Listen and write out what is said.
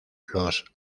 los